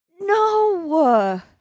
No